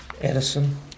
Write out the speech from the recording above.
Edison